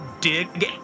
dig